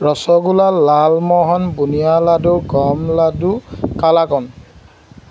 ৰসগোল্লা লালমোহন বুন্দিয়া লাডু গম লাডু কালাকন্দ